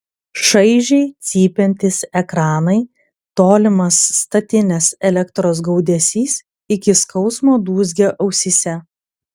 šaižiai cypiantys ekranai tolimas statinės elektros gaudesys iki skausmo dūzgė ausyse